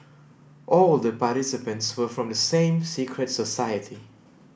all the participants were from the same secret society